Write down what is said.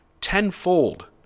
tenfold